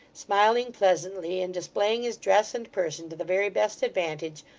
smiling pleasantly, and displaying his dress and person to the very best advantage,